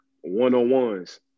one-on-ones